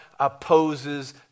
opposes